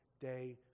day